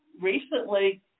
recently